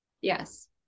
Yes